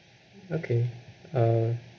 okay uh